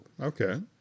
Okay